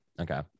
Okay